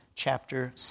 Chapter